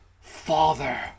Father